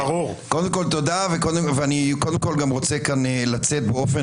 תודה וקודם כול אני רוצה לצאת כאן באופן